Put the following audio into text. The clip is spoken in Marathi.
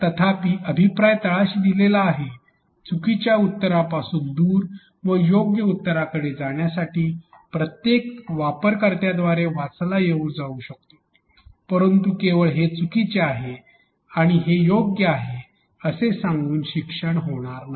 तथापि अभिप्राय तळाशी दिला आहे चुकीच्या उत्तरापासून दूर व योग्य उत्तराकडे जाण्यासाठी प्रत्येक वापरकर्त्या द्वारे वाचला जाऊ शकतो परंतु केवळ हे चुकीचे आहे आणि हे योग्य आहे हे सांगून शिक्षण होणार नाही